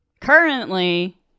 currently